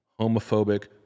homophobic